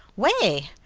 way!